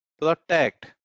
protect